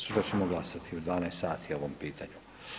Sutra ćemo glasati u 12 sati o ovom pitanju.